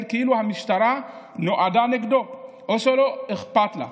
כאילו המשטרה נועדה נגדו או שלא אכפת לה.